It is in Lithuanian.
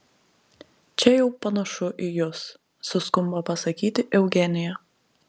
čia jau panašu į jus suskumba pasakyti eugenija